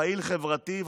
פעיל חברתי,